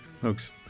Folks